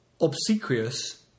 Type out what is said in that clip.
obsequious